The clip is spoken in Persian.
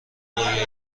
رویایی